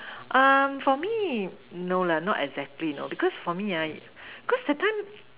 um for me no lah not exactly you know because for me ah cause that time